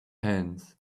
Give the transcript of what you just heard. hands